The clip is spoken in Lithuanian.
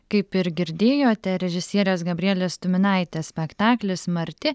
kaip ir girdėjote režisierės gabrielės tuminaitės spektaklis marti